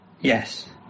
Yes